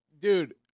dude